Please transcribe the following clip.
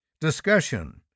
Discussion